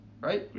right